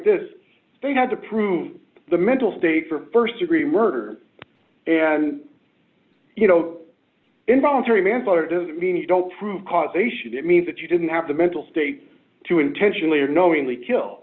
this they had to prove the mental state for st degree murder and you know involuntary manslaughter doesn't mean you don't prove causation that means that you didn't have the mental state to intentionally or knowingly kill